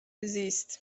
زیست